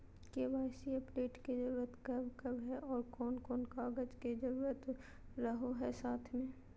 KYC update के जरूरत कब कब है और कौन कौन कागज के जरूरत रहो है साथ में?